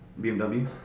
BMW